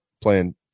playing